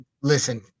listen